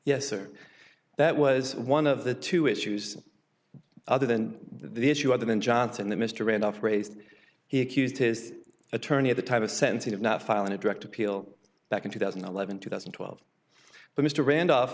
yes or that was one of the two issues other than the issue other than johnson that mr randolph raised he accused his attorney of the type of sensitive not filing a direct appeal back in two thousand and eleven two thousand and twelve but mr randolph